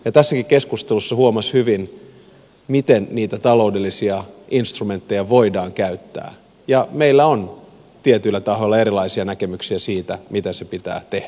tässäkin keskustelussa huomasi hyvin miten niitä taloudellisia instrumentteja voidaan käyttää ja meillä on tietyillä tahoilla erilaisia näkemyksiä siitä miten se pitää tehdä